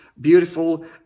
beautiful